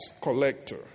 collector